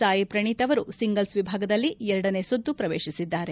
ಸಾಯಿ ಪ್ರಣೀತ್ ಅವರು ಸಿಂಗಲ್ಲ್ ವಿಭಾಗದಲ್ಲಿ ಎರಡನೇ ಸುತ್ತು ಪ್ರವೇಶಿಸಿದ್ದಾರೆ